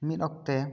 ᱢᱤᱛ ᱚᱠᱛᱮ